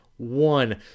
One